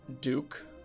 Duke